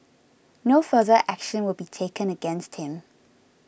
no further action will be taken against him